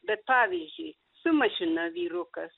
bet pavyzdžiui su mašina vyrukas